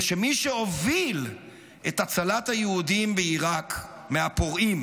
זה שמי שהוביל את הצלת היהודים בעיראק מהפורעים